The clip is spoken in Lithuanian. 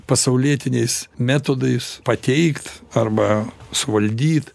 pasaulietiniais metodais pateikt arba suvaldyt